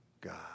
God